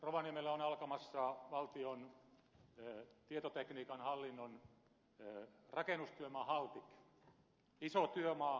rovaniemellä on alkamassa valtion tietotekniikan hallinnon rakennustyömaa haltik iso työmaa valtio maksajana